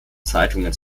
zeitungen